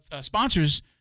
sponsors